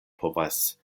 povas